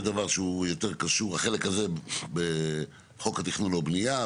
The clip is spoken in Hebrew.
החלק הזה יותר קשור לחוק התכנון והבנייה,